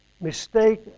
Mistake